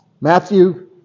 Matthew